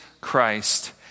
Christ